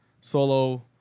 solo